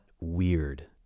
weird